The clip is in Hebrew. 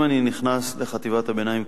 אם אני נכנס לחטיבת הביניים,